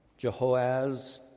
Jehoaz